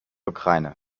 ukraine